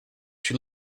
she